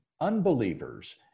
unbelievers